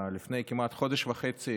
לפני כמעט חודש וחצי